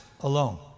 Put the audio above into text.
alone